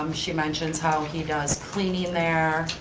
um she mentions how he does cleaning there.